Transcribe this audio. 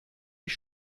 ich